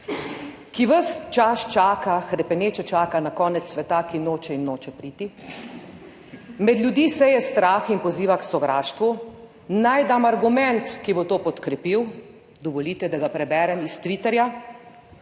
ki ves čas čaka, hrepeneče čaka na konec sveta, ki noče in noče priti. Med ljudi, seje strah in poziva k sovraštvu. Naj dam argument, ki bo to podkrepil. Dovolite, da ga preberem iz Twitterja.